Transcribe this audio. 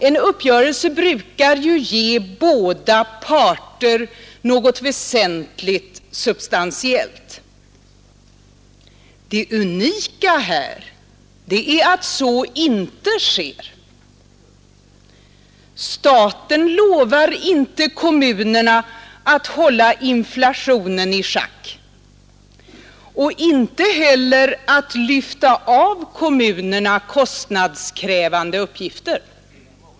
En uppgörelse brukar ju ge båda parter något väsentligt substantiellt. Det unika här är att så inte sker. Staten lovar inte kommunerna att hålla inflationen i schack och inte heller att lyfta av kommunerna kostnadskrävande uppgifter.